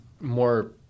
more